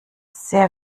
sehr